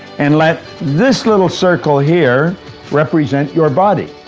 and let this little circle here represent your body.